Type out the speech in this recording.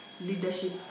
leadership